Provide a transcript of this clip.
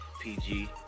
PG